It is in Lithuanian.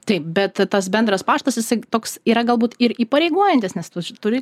taip bet tas bendras paštas jisai toks yra galbūt ir įpareigojantis nes tu turi